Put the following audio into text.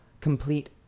complete